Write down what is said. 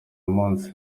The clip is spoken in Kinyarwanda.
munsi